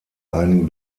einen